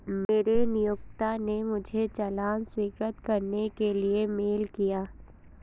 मेरे नियोक्ता ने मुझे चालान स्वीकृत करने के लिए मेल किया